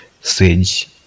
sage